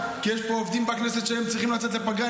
כי יש פה עובדים בכנסת שהם צריכים לצאת לפגרה.